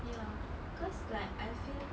ya cause like I feel